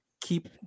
keep